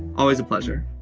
always a pleasure.